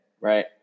right